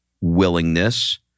willingness